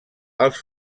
als